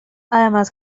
además